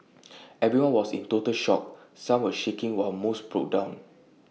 everyone was in total shock some were shaking while most broke down